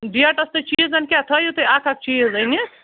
ڈیٹَس تہٕ چیٖزَن کیٛاہ تھٲیِو تُہۍ اَکھ اَکھ چیٖز أنِتھ